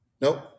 Nope